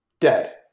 dead